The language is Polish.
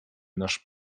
nasz